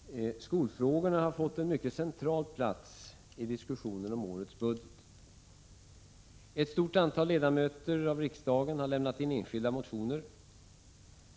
Herr talman! Skolfrågorna har fått en central plats i diskussionen om årets budget. Ett stort antal riksdagsledamöter har lämnat in enskilda motioner.